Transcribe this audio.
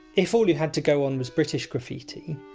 if all you had to go on was british graffiti,